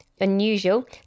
unusual